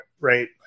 right